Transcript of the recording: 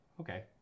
okay